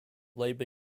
labor